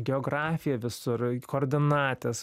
geografija visur koordinatės